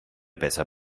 besser